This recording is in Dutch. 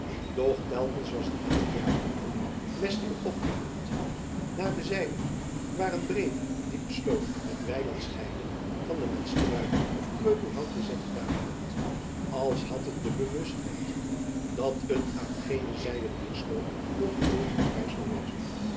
doch telkens was het nagejaagde wild westelijk opgevlucht naar de zijde waar een breede diepe sloot het weiland scheidde van den met struiken of kreupelhout bezetten duinkant als had het de bewustheid dat het aan gene zijde dier sloot voor vervolging vrij zoû wezen